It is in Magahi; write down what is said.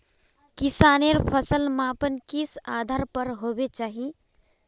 किसानेर फसल मापन किस आधार पर होबे चही?